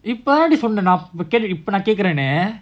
இப்பத்தாண்டிநீசொன்னநான்கேக்கறேன்னு:ippatthandi ni sonna naan kekkkarennu